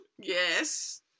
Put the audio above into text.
Yes